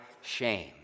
shame